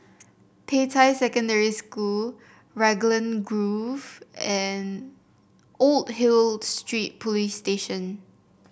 Peicai Secondary School Raglan Grove and Old Hill Street Police Station